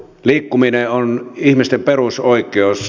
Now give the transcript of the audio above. liikkuminen on ihmisten perusoikeus